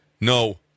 no